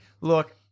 Look